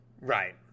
Right